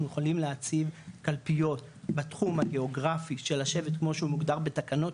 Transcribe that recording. יכולים להציב קלפיות בתחום הגאוגרפי של השבט כמו שהוא מוגדר בתקנות,